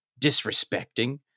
disrespecting